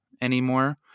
anymore